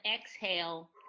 exhale